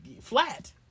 flat